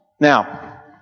Now